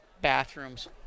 bathrooms